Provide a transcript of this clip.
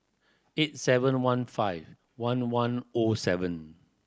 eight seven one five one one O seven